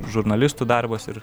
žurnalistų darbas ir